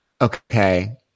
Okay